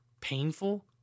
Painful